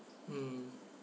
mm